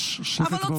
ששש, שקט באולם.